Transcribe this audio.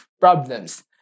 problems